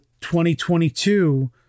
2022